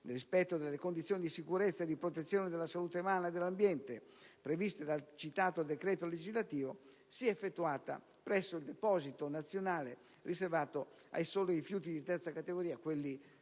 rispetto delle condizioni in sicurezza e di protezione della salute umana e dell'ambiente previste dal citato decreto legislativo, sia effettuata presso il Deposito Nazionale riservato ai soli rifiuti di III categoria, che costituisce